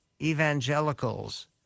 Evangelicals